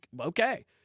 Okay